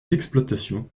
l’exploitation